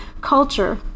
culture